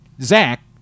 Zach